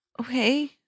Okay